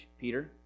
Peter